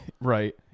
right